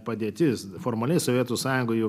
padėtis formaliai sovietų sąjungoje